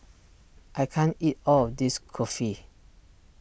I can't eat all of this Kulfi